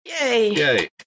Yay